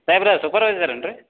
ಸಾಯ್ಬ್ರೆ supervisor ಏನ್ರಿ